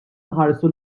nħarsu